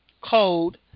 Code